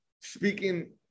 speaking